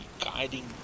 guiding